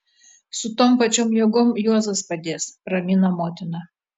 su tom pačiom jėgom juozas padės ramino motina